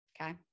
Okay